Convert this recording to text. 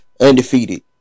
undefeated